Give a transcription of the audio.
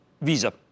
Visa